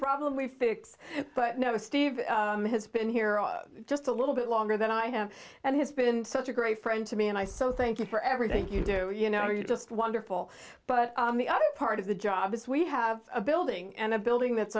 problem we fix but no steve has been here all just a little bit longer than i have and has been such a great friend to me and i so thank you for everything you do you know you just wonderful but the other part of the job is we have a building and a building that's